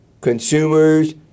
consumers